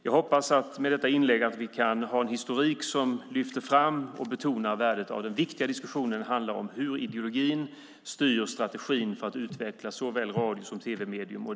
Jag hoppas att vi genom detta inlägg kan få en historik som lyfter fram och betonar värdet av den viktiga diskussionen. Det handlar om hur ideologin styr strategin för att utveckla såväl radio som tv-medier.